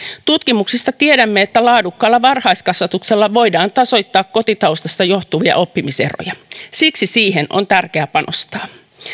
tutkimuksista tiedämme että laadukkaalla varhaiskasvatuksella voidaan tasoittaa kotitaustasta johtuvia oppimiseroja siksi siihen on tärkeää panostaa